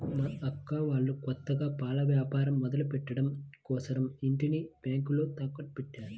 మా అక్క వాళ్ళు కొత్తగా పాల వ్యాపారం మొదలుపెట్టడం కోసరం ఇంటిని బ్యేంకులో తాకట్టుపెట్టారు